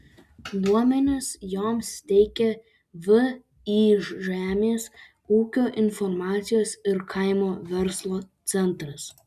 duomenis joms teikia vį žemės ūkio informacijos ir kaimo verslo centras